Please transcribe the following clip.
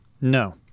No